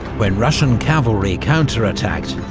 when russian cavalry counterattacked,